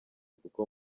kuko